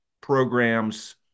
programs